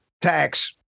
Tax